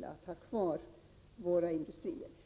bibehålla våra industrier.